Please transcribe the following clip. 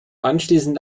anschließend